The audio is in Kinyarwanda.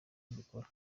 mbikora